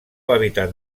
hàbitat